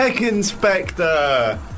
Inspector